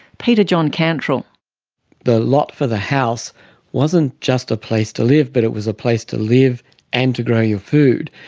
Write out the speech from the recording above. peter john cantrill the lot for the house wasn't just a place to live but it was a place to live and to grow your food,